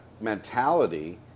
mentality